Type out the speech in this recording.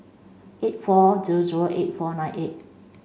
eight four zero zero eight four nine eight